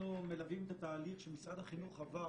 אנחנו מלווים את התהליך שמשרד החינוך עבר